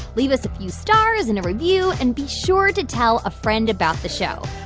leave us a few stars and a review and be sure to tell a friend about the show.